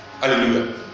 Hallelujah